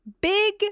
Big